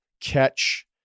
catch